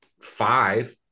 five